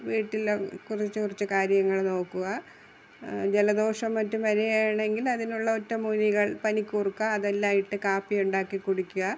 വീട്ടിലെ കുറച്ചു കുറച്ചു കാര്യങ്ങൾ നോക്കുക ജലദോഷം മറ്റും വരികയാണെങ്കിൽ അതിനുള്ള ഒറ്റമൂലികൾ പനിക്കൂർക്ക അതെല്ലാം ഇട്ടു കാപ്പിയുണ്ടാക്കി കുടിക്കുക